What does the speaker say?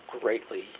greatly